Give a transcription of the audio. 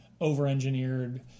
over-engineered